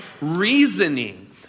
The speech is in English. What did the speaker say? reasoning